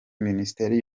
minisiteri